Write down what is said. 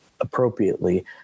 appropriately